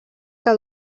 que